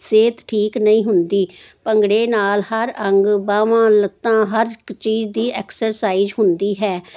ਸਿਹਤ ਠੀਕ ਨਹੀਂ ਹੁੰਦੀ ਭੰਗੜੇ ਨਾਲ ਹਰ ਅੰਗ ਬਾਵਾਂ ਲੱਤਾਂ ਹਰ ਇੱਕ ਚੀਜ਼ ਦੀ ਐਕਸਰਸਾਈਜ਼ ਹੁੰਦੀ ਹੈ ਨੱਚਣਾ